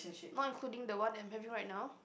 want including the one they are having right now